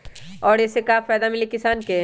और ये से का फायदा मिली किसान के?